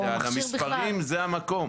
המספרים זה המקום.